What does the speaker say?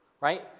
right